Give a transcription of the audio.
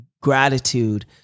gratitude